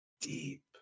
deep